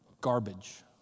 garbage